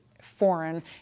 foreign